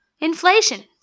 Inflation